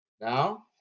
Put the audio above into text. Now